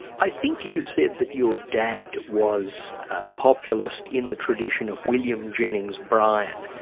i think you said that your dad was a populist in the tradition of william jennings bryan.